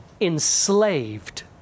enslaved